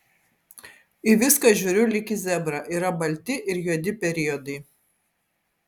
į viską žiūriu lyg į zebrą yra balti ir juodi periodai